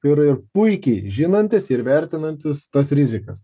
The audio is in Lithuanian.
yra ir puikiai žinantys ir vertinantys tas rizikas